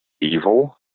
evil